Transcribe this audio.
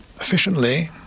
efficiently